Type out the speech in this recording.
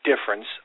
difference